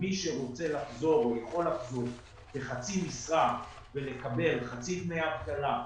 מי שרוצה לחזור או יכול לחזור לחצי משרה ולקבל חצי דמי אבטלה,